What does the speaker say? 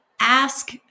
ask